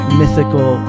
mythical